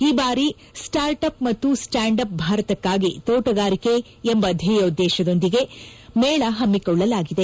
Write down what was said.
ಈ ಬಾರಿ start up ಮತ್ತು ಸ್ವಾಂಡ್ ಅಪ್ ಭಾರತಕ್ಕಾಗಿ ತೋಣಗಾರಿಕೆ ಎಂಬ ಧ್ಯೇಯೋದ್ದೇಶದೊಂದಿಗೆ ಮೇಳ ಹಮ್ಮಿಕೊಳ್ಳಲಾಗಿದೆ